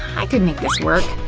i could make this work.